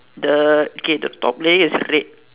the okay the top layer is red